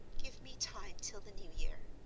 give me time till the new year.